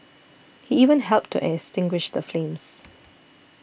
he even helped to extinguish the flames